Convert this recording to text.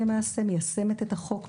מיישמת את החוק,